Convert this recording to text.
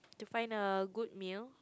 to find a good meal